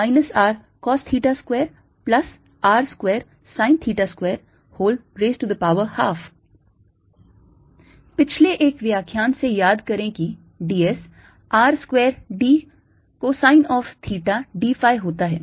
dV14π0dQz Rcos θ2R2sin212 14π0σdsz2R2 2zRcosθ पिछले एक व्याख्यान से याद करें कि d s R square d cosine of theta d phi होता है